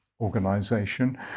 organization